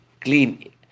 clean